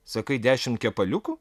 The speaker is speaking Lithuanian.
sakai dešim kepaliukų